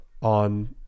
on